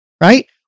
right